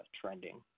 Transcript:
trending